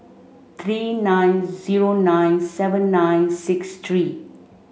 three nine zero nine seven nine six three